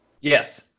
Yes